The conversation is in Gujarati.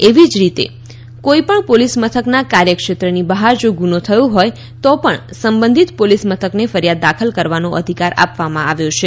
એવી જ રીતે કોઇપણ પોલીસ મથકના કાર્યક્ષેત્રની બહાર જો ગુન્છો થયો હોય તો પણ સંબંધિત પોલીસ મથકને ફરીયાદ દાખલ કરવાનો અધિકાર આપવામાં આવ્યો છે